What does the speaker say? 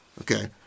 okay